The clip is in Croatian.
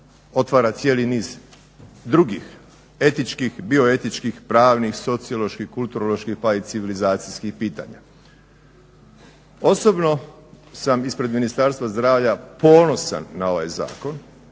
otvara cijeli niz drugih etičkih, bioetičkih, pravnih, socioloških, kulturoloških pa i civilizacijskih pitanja. Osobno sam ispred Ministarstva zdravlja ponosan na ovaj zakon,